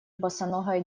босоногая